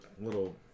little